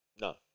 No